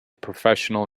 professional